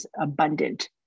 abundant